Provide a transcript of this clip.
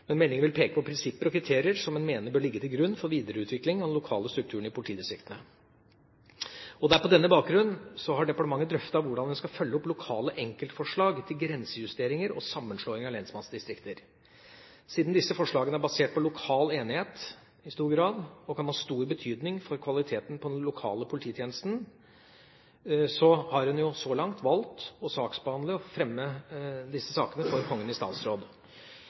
Men meldingen vil peke på prinsipper og kriterier som en mener bør ligge til grunn for videreutvikling av den lokale strukturen i politidistriktene. På denne bakgrunn har departementet drøftet hvordan en skal følge opp lokale enkeltforslag til grensejusteringer og sammenslåinger av lensmannsdistrikter. Siden disse forslagene er basert på lokal enighet i stor grad og kan ha stor betydning for kvaliteten på den lokale polititjenesten, har en, så langt, valgt å saksbehandle og fremme disse sakene for Kongen i statsråd.